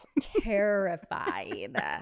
terrified